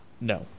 No